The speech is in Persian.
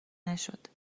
نشد